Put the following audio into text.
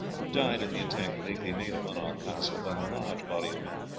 who died in the attack lately made upon our castle by a large body of men,